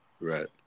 Right